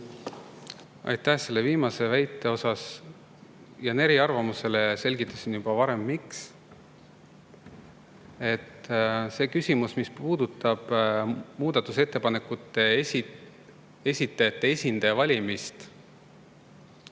Aitäh! Selle viimase väite osas jään eriarvamusele, selgitasin juba varem, miks. See küsimus, mis puudutab muudatusettepanekute esitajate esindaja valimist: ma